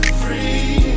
free